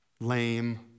lame